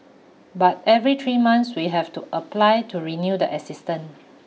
but every three months we have to apply to renew the assistant